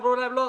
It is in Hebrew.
ואמרו להם "לא,